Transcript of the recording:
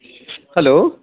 hello